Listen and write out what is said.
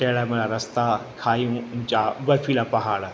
टेड़ा मेड़ा रस्ता खाई मूं ऊंचा बर्फ़ीला पहाड़